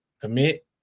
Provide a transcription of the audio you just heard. commit